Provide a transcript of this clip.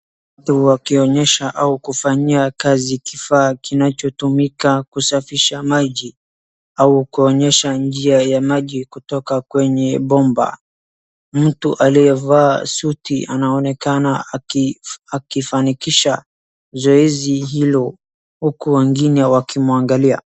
Watu wakionyesha au kufanyia kazi kifaa kinachotumika kusafisha maji au kuonyesha njia ya maji kutoka kwenye bomba. Mtu aliyevaa suti anaonekana akifanikisha zoezi hilo huku wengine wakimwangalia.